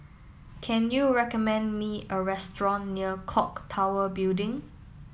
can you recommend me a restaurant near Clock Tower Building